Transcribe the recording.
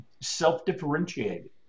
self-differentiated